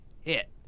hit